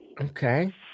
Okay